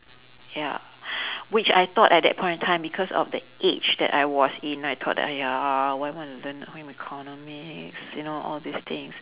ya which I thought at that point in time because of the age that I was in I thought that !aiya! why am I to learn home economics you know all these things